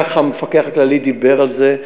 ככה המפקח הכללי דיבר על זה,